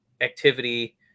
activity